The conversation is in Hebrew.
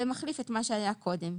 זה מחליף את מה שהיה קודם,